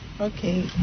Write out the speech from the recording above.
okay